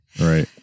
right